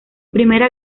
primera